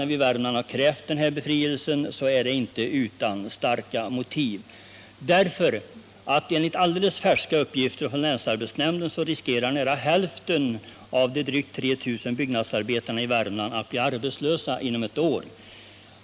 När vi i Värmland krävt denna befrielse är det inte utan starka motiv. — Nr 12 Enligt alldeles färska uppgifter från länsarbetsnämnden riskerar nära hälften av de drygt 3 000 byggnadsarbetarna i Värmland att bli arbetslösa inom ett år.